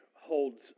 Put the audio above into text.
holds